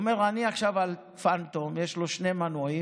הוא אומר: אני עכשיו על פנטום, יש לו שני מנועים,